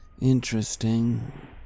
Interesting